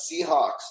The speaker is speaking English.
Seahawks